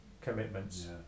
commitments